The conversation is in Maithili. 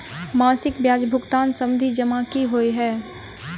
मासिक ब्याज भुगतान सावधि जमा की होइ है?